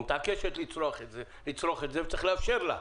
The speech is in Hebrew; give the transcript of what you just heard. מתעקשת לצרוך את זה וצריך לאפשר לה.